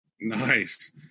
Nice